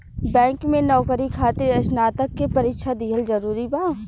Bank में नौकरी खातिर स्नातक के परीक्षा दिहल जरूरी बा?